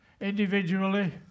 Individually